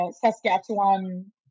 Saskatchewan